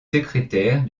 secrétaire